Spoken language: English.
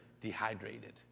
dehydrated